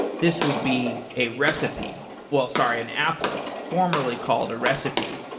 this would be a recipe well, sorry. an applet, formerly called a recipe.